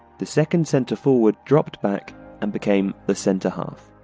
the second centre-forward dropped back and became the centre half.